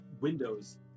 windows